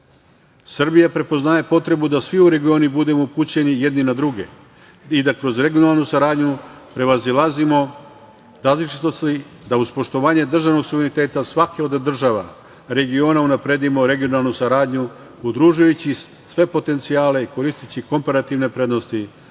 Srbija prepoznaje potrebu da svi u regionu budu upućeni jedni na druge i da kroz regionalnu saradnju prevazilazimo različitosti, da uz poštovanje državnog suvereniteta svake od država regiona unapredimo regionalnu saradnju, udružujući sve potencijale i koristeći komparativne prednosti